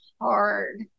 hard